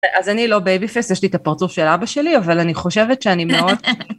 אז אני לא בייבי פייס, יש לי את הפרצוף של אבא שלי, אבל אני חושבת שאני מאוד...